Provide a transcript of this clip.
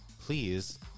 please